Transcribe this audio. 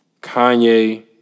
Kanye